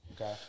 Okay